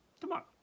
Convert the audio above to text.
tomorrow